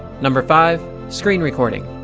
number five, screen recording.